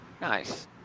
nice